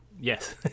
Yes